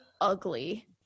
ugly